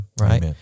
right